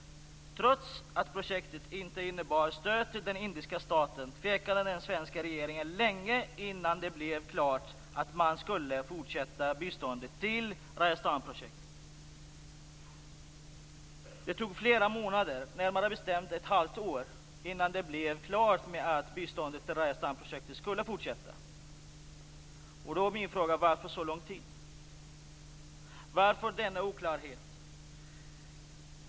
Trots att projektet inte innebar stöd till den indiska staten tvekade den svenska regeringen länge innan det blev klart att man skulle fortsätta med biståndet till Rajasthanprojektet. Det tog flera månader, närmare bestämt ett halvt år, innan det blev klart att biståndet till Rajasthanprojektet skulle fortsätta. Då blir min fråga: Varför så lång tid? Varför denna oklarhet?